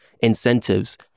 incentives